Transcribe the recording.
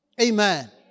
Amen